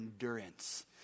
endurance